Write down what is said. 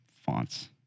fonts